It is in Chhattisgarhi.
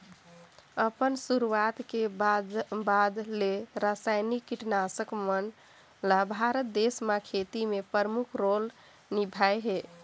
अपन शुरुआत के बाद ले रसायनिक कीटनाशक मन ल भारत देश म खेती में प्रमुख रोल निभाए हे